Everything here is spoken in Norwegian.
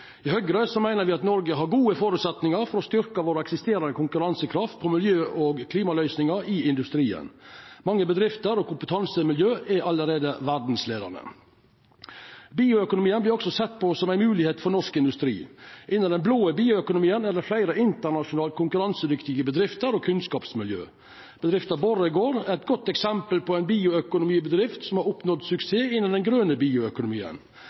I Høgre meiner me at Noreg har gode føresetnader for å styrkja den eksisterande konkurransekrafta og miljø- og klimaløysingane i industrien. Mange bedrifter og kompetansemiljø er allereie verdsleiande. Bioøkonomien vert også sett på som ei moglegheit for norsk industri. Innanfor den blå bioøkonomien er det fleire internasjonalt konkurransedyktige bedrifter og kunnskapsmiljø, og bedrifta Borregaard er eit godt eksempel på ei bioøkonomibedrift som har oppnådd suksess innan den grøne bioøkonomien.